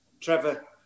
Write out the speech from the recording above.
Trevor